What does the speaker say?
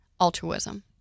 altruism